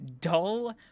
dull